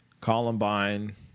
columbine